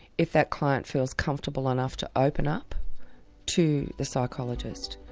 if that client feels comfortable enough to open up to the psychologist.